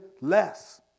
less